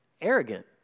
arrogant